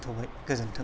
दोनथ'बाय गोजोन्थों